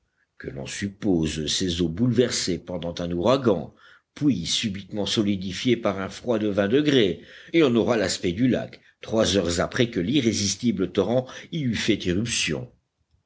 que l'on suppose ces eaux bouleversées pendant un ouragan puis subitement solidifiées par un froid de vingt degrés et on aura l'aspect du lac trois heures après que l'irrésistible torrent y eut fait irruption